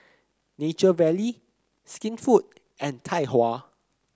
Nature Valley Skinfood and Tai Hua